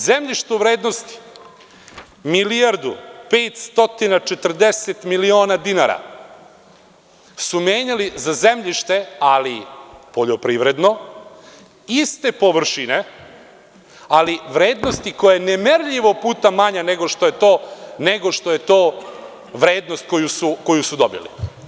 Zemljište u vrednosti od milijardu i 540 miliona dinara su menjali za zemljište, ali poljoprivredno, iste površine, ali vrednosti koja je nemerljivo puta manja nego što je to vrednost koju su dobili.